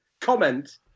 comment